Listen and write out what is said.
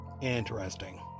interesting